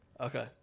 Okay